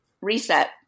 reset